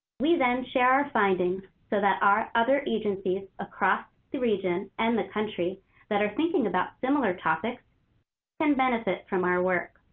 we then share our findings so that other agencies across the region and the country that are thinking about similar topics can benefit from our work.